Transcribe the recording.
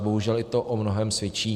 Bohužel i to o mnohém svědčí.